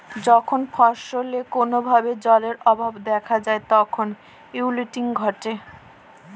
যখন ফসলে কোনো ভাবে জলের অভাব দেখা যায় তখন উইল্টিং ঘটে